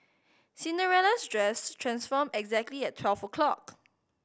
Cinderella's dress transformed exactly at twelve o'clock